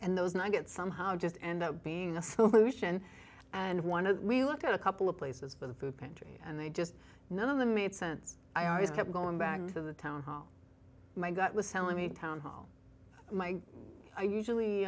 and those nuggets somehow just end up being a solution and one of we looked at a couple of places for the food pantry and they just none of them made sense i always kept going back to the town hall my gut was telling me town hall my i usually